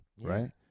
right